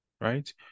right